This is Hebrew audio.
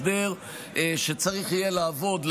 הסדר שצריך יהיה לעבוד,